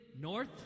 north